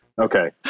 okay